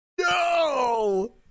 No